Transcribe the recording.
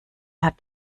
hat